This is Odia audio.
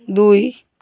ଦୁଇ